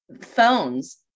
Phones